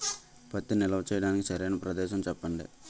పత్తి నిల్వ చేయటానికి సరైన ప్రదేశం చెప్పండి?